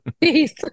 Please